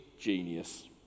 genius